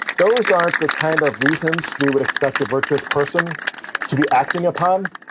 those aren't the kind of reasons we would expect a virtuous person to be acting upon.